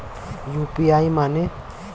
UPI माने?